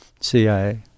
CIA